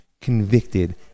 convicted